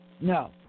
No